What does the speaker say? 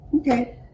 Okay